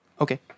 Okay